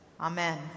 Amen